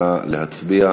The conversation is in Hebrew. נא להצביע.